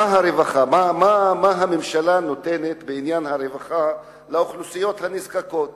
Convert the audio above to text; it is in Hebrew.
מה הממשלה נותנת לאוכלוסיות הנזקקות